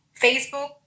facebook